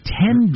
ten